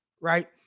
right